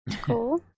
cool